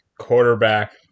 quarterback